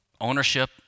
ownership